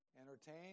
Entertain